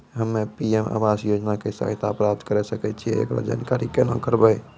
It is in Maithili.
हम्मे पी.एम आवास योजना के सहायता प्राप्त करें सकय छियै, एकरो जानकारी केना करबै?